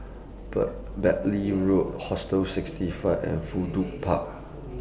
but Bartley Road Hostel sixty five and Fudu Park